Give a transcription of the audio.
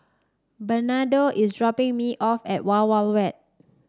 Bernardo is dropping me off at Wild Wild Wet